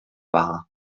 vaga